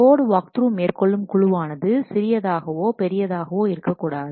code walkthrough மேற்கொள்ளும் குழுவானது சிறியதாகவோ பெரியதாகவோ இருக்கக் கூடாது